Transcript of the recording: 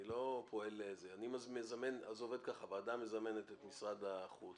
זה עובד כך: הוועדה מזמנת את משרד החוץ